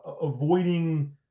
avoiding